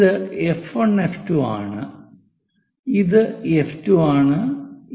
ഇത് F1 F2 ആണ് ഇത് F2 ആണ് ഇത് F1 ആണ്